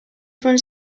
fons